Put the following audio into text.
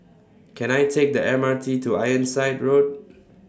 Can I Take The M R T to Ironside Road